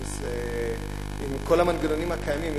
עם כל המנגנונים הקיימים,